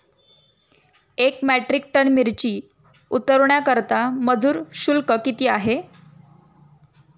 एक metric ton मिरची उतरवण्याकरता मजूर शुल्क किती आहे?